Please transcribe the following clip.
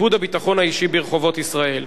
איבוד הביטחון האישי ברחובות ישראל.